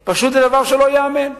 זה פשוט דבר שלא ייאמן.